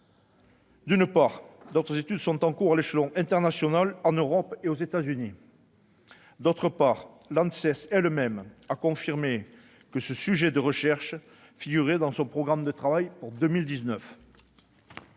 d'une part, d'autres études sont en cours à l'échelon international, en Europe et aux États-Unis ; d'autre part, l'ANSES a elle-même confirmé que ce sujet de recherche figurerait dans son programme de travail pour 2019.